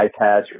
iPads